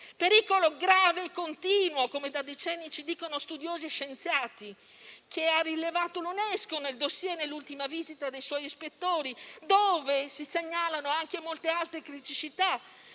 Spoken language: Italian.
pericolo grave e continuo, come da decenni ci dicono studiosi e scienziati e che l'Unesco ha rilevato nel *dossier* dell'ultima visita dei suoi ispettori, dove si segnalano anche molte altre criticità